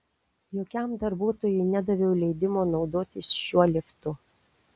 jokiam darbuotojui nedaviau leidimo naudotis šiuo liftu